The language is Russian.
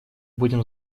будем